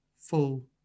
full